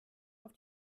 auf